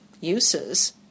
uses